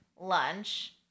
lunch